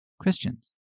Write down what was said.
Christians